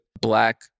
black